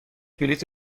بلیط